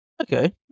Okay